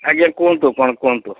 ଆଜ୍ଞା କୁହନ୍ତୁ କ'ଣ କୁହନ୍ତୁ